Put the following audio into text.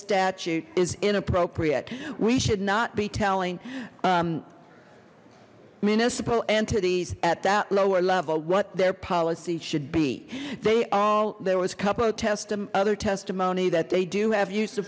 statute is inappropriate we should not be telling municipal entities at that lower level what their policy should be they all there was couple testing other testimony that they do have use